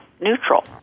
neutral